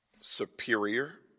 Superior